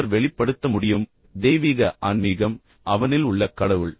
அவர் வெளிப்படுத்த முடியும் தெய்வீக ஆன்மீகம் அவனில் உள்ள கடவுள்